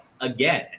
again